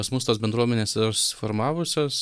pas mus tos bendruomenės yra susiformavusios